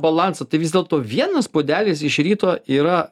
balansą tai vis dėlto vienas puodelis iš ryto yra